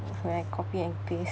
when I copy and paste